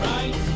Right